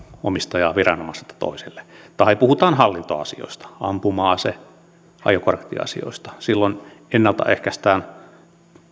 omistajaa viranomaiselta toiselle tai kun puhutaan hallintoasioista ampuma ase ja ajokorttiasioista silloin ennalta ehkäistään